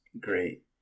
great